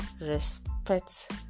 respect